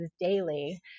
daily